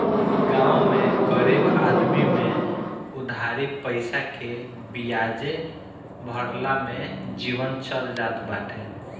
गांव में गरीब आदमी में उधारी पईसा के बियाजे भरला में जीवन चल जात बाटे